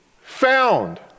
found